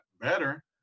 better